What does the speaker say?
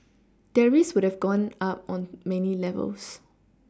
their risks would have gone up on many levels